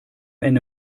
ende